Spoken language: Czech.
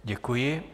Děkuji.